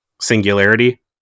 Singularity